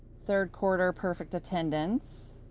third quarter perfect attendance,